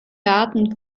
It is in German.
garten